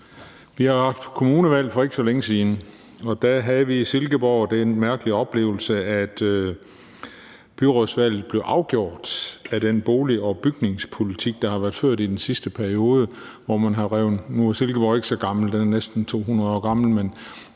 Vi har haft kommunevalg for ikke så længe siden, og der havde vi i Silkeborg den mærkelige oplevelse, at byrådsvalget blev afgjort af den bolig- og bygningspolitik, der har været ført i den sidste periode. Nu er Silkeborg ikke så gammel, den er næsten 200 år gammel